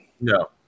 No